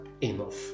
enough